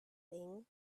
thing